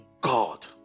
God